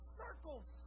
circles